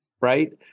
Right